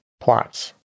plots